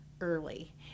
early